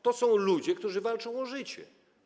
To są ludzie, którzy walczą o życie.